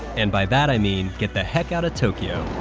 and by that i mean get the heck outta tokyo.